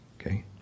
okay